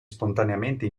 spontaneamente